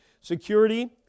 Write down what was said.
Security